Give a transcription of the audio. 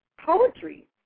poetry